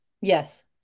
Yes